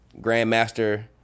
grandmaster